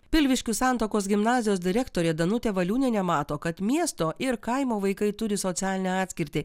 pilviškių santakos gimnazijos direktorė danutė valiūnienė mato kad miesto ir kaimo vaikai turi socialinę atskirtį